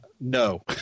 No